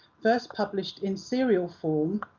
first published in serial form